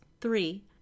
Three